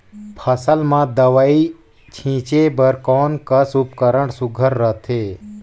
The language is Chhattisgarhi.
फसल म दव ई छीचे बर कोन कस उपकरण सुघ्घर रथे?